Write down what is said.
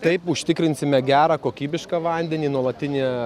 taip užtikrinsime gerą kokybišką vandenį nuolatinė